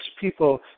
people